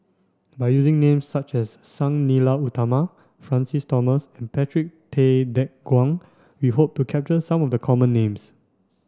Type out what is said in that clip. by using names such as Sang Nila Utama Francis Thomas and Patrick Tay Teck Guan we hope to capture some of the common names